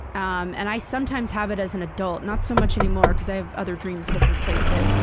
um and i sometimes have it as an adult not so much anymore cause i have other dreams that have replaced it.